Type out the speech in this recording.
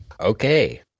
Okay